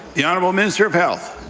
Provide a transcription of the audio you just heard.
the honourable minister of health?